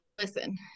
listen